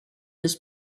has